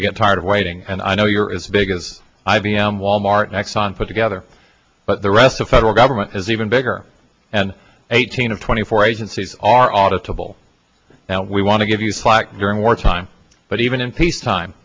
we get tired of waiting and i know you're as big as i b m wal mart exxon put together but the rest of federal government is even bigger and eighteen of twenty four agencies are audit of all now we want to give you slack during wartime but even in peacetime